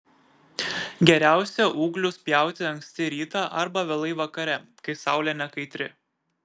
geriausia ūglius pjauti anksti rytą arba vėlai vakare kai saulė nekaitri